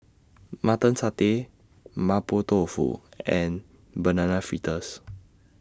Mutton Satay Mapo Tofu and Banana Fritters